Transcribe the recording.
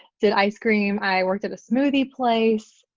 did ice cream, i worked at a smoothie place.